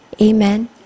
Amen